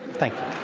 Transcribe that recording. thank yeah